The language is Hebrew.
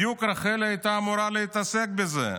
בדיוק רח"ל הייתה אמורה להתעסק בזה.